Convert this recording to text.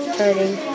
turning